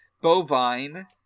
bovine